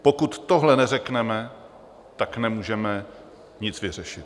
Pokud tohle neřekneme, tak nemůžeme nic vyřešit.